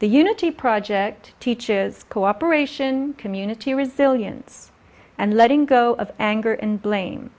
the unity project teaches cooperation community resilience and letting go of anger and blame